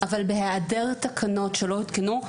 אבל בהיעדר תקנות שלא הותקנו,